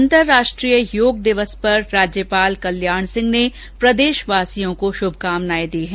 अंतर्राष्ट्रीय योग दिवस पर राज्यपाल कल्याण सिंह ने प्रदेशवासियों को शुभकामनाए दी है